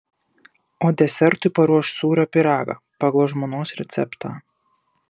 o desertui paruoš sūrio pyragą pagal žmonos receptą